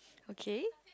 okay